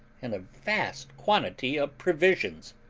and a vast quantity of provisions.